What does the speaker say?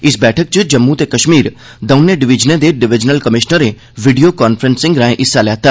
इस बैठक च जम्मू ते कश्मीर दौनें प्रांतें दे डिवीजनल कमीशनरें वीडियो कांफ्रेंसिंग राएं हिस्सा लैता